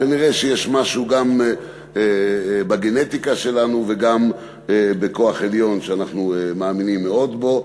כנראה יש משהו גם בגנטיקה שלנו וגם בכוח עליון שאנחנו מאמינים מאוד בו,